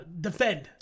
defend